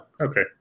okay